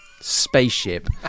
spaceship